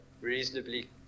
reasonably